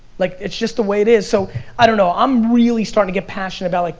like, it's just the way it is, so i don't know, i'm really starting to get passionate about like,